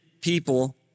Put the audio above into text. people